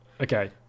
Okay